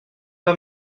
pas